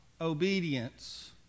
obedience